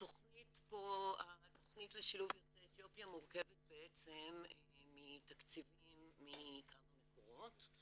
התכנית לשילוב יוצאי אתיופיה מורכבת בעצם מתקציבים מכמה מקורות.